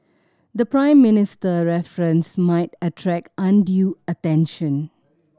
the Prime Minister reference might attract undue attention